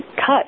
cut